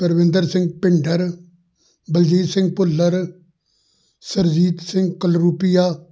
Arvinder Singh Bhinder Baljit Singh Bhullar Surjit Singh Kalrupia